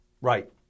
Right